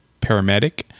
paramedic